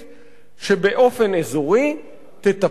שבאופן אזורי תטפלנה,